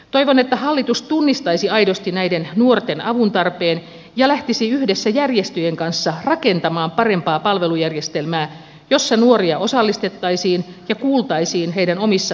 toivon että hallitus tunnistaisi aidosti näiden nuorten avuntarpeen ja lähtisi yhdessä järjestöjen kanssa rakentamaan parempaa palvelujärjestelmää jossa nuoria osallistettaisiin ja kuultaisiin heidän omissa asioissaan